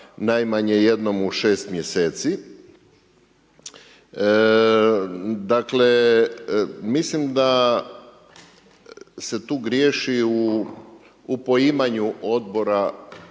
najmanje jednom u 6 mj. Dakle, mislim da se tu griješi u poimanju odbora